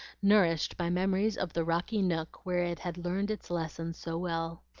nourished by memories of the rocky nook where it had learned its lesson so well.